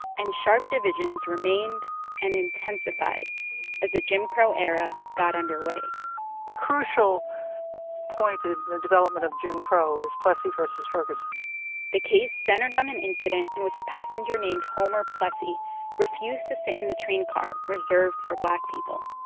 and sharp divisions remained and intensified as the jim crow era got underway the crucial point in the development of jim crow is plessy v. so ferguson the case centered on an incident in which a passenger named homer plessy refused to sit in the train car reserved for black people.